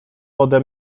ode